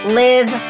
live